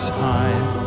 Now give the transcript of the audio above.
time